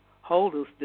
holders